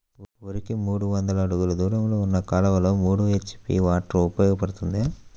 వరికి మూడు వందల అడుగులు దూరంలో ఉన్న కాలువలో మూడు హెచ్.పీ మోటార్ ఉపయోగపడుతుందా?